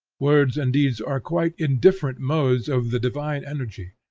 words and deeds are quite indifferent modes of the divine energy.